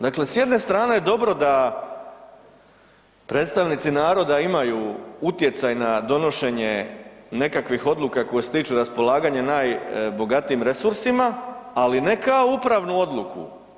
Dakle s jedne strane je dobro da predstavnici naroda imaju utjecaj na donošenje nekakvih odluka koje se tiču raspolaganja najbogatijim resursima, ali ne kao upravnu odluku.